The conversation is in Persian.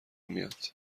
میاد